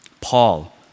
Paul